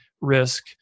risk